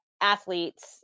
athletes